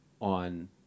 on